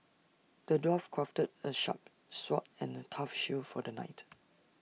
the dwarf crafted A sharp sword and A tough shield for the knight